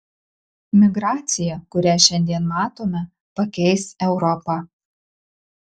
migracija kurią šiandien matome pakeis europą